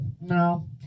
No